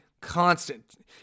constant